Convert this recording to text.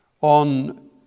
on